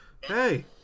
hey